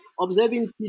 observing